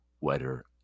wetter